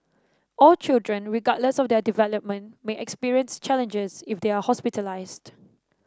all children regardless of their development may experience challenges if they are hospitalised